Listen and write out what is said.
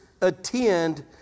attend